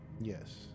Yes